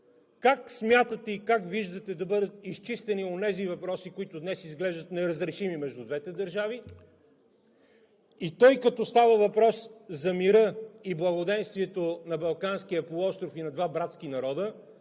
Как смятате и как виждате да бъдат изчистени онези въпроси, които днес изглеждат неразрешими между двете държави? Тъй като става въпрос за мира и благоденствието на Балканския полуостров и на два братски народа,